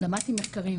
למדתי מחקרים.